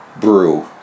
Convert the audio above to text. brew